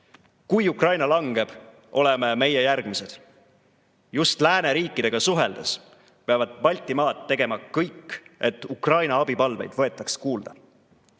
Kui Ukraina langeb, oleme meie järgmised. Just lääneriikidega suheldes peavad Baltimaad tegema kõik, et Ukraina abipalveid võetaks kuulda.